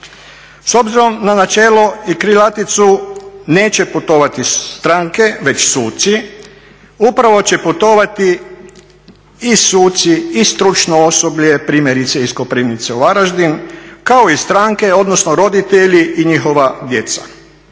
S obzirom na načelo i krilaticu neće putovati stranke, već suci upravo će putovati i suci i stručno osoblje primjerice iz Koprivnice u Varaždin kao i stranke, odnosno roditelji i njihova djeca.